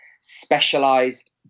specialized